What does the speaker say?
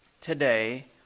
today